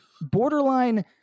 borderline